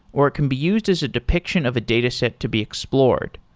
or it can be used as a depiction of a data set to be explored.